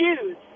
shoes